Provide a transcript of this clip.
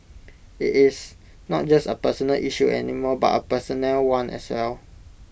IT is not just A personal issue any more but A personnel one as well